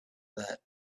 that